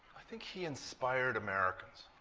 i think he inspired americans